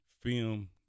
film